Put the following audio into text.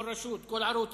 כל רשות, כל ערוץ,